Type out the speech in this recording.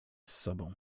sobą